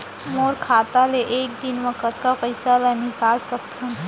मोर खाता ले एक दिन म कतका पइसा ल निकल सकथन?